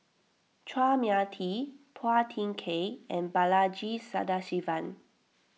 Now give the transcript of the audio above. Chua Mia Tee Phua Thin Kiay and Balaji Sadasivan